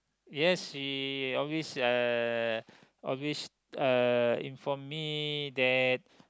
yes she always uh always uh inform me that